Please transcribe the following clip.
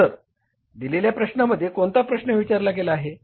तर दिलेल्या प्रश्नामध्ये कोणता प्रश्न विचारला गेला आहे